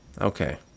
Okay